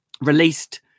released